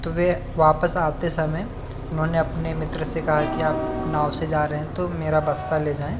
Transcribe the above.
तो वे वापस आते समय उन्होंने अपने मित्र से कहा कि आप नाव से जा रहे हैं तो मेरा बस्ता ले जाएँ